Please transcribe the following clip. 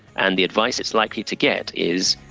and the advice it's likely to get is,